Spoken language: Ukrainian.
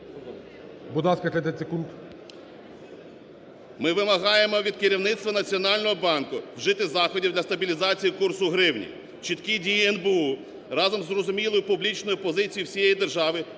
Ми вимагаємо від керівництва Національного банку вжити заходів для стабілізації курсу гривні. Чіткі дії НБУ разом з зрозумілою публічною позицією всієї держави